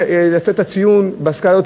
ולתת את הציון בסקלות,